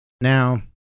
Now